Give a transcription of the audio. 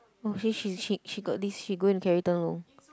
oh she she she got this she going to carry